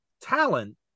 talent